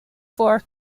four